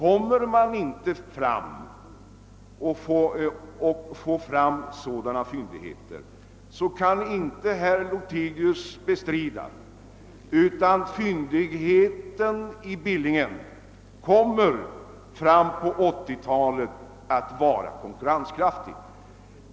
Om man inte kommer att kunna få fram sådana fyndigheter, kan herr Lothigius inte bestrida att fyndigheten i Billingen fram på 1980-talet kan bli konkurrenskraftig.